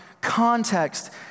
context